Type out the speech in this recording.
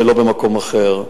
ולא במקום אחר.